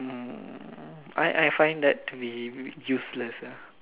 mm I I find that be useless ah